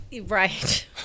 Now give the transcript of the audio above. Right